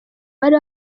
bari